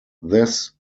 this